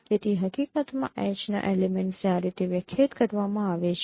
તેથી હકીકતમાં H ના એલિમેંટ્સને આ રીતે વ્યાખ્યાયિત કરવામાં આવે છે